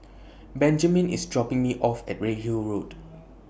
Benjiman IS dropping Me off At Redhill Road